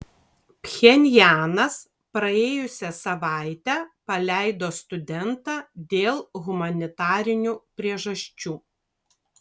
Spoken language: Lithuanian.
pchenjanas praėjusią savaitę paleido studentą dėl humanitarinių priežasčių